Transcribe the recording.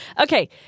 Okay